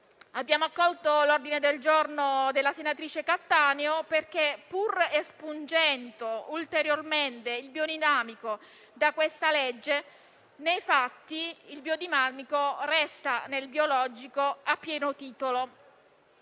Abbiamo accolto l'ordine del giorno della senatrice Cattaneo, perché, pur espungendo ulteriormente il biodinamico da questa normativa, nei fatti il biodinamico resta nel biologico a pieno titolo.